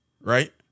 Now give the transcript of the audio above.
Right